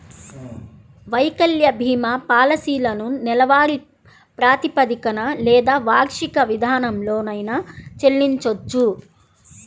వైకల్య భీమా పాలసీలను నెలవారీ ప్రాతిపదికన లేదా వార్షిక విధానంలోనైనా చెల్లించొచ్చు